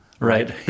right